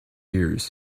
ears